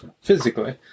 physically